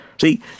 See